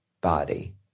body